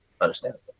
understandable